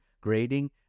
grading